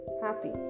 happy